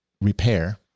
repair